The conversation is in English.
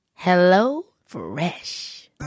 HelloFresh